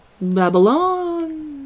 Babylon